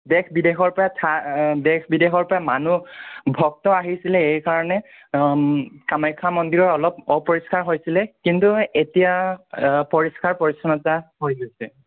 দেশ বিদেশৰ পৰা দেশ বিদেশৰ পৰা মানুহ ভক্ত আহিছিলে এইকাৰণে কামাখ্যা মন্দিৰৰ অলপ অপৰিষ্কাৰ হৈছিলে কিন্তু এতিয়া পৰিষ্কাৰ পৰিচ্ছন্নতা হৈ গৈছে